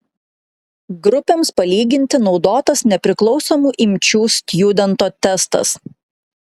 grupėms palyginti naudotas nepriklausomų imčių stjudento testas